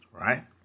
Right